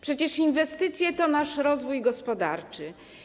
Przecież inwestycje to nasz rozwój gospodarczy.